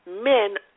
men